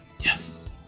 Yes